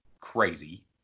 crazy